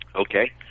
Okay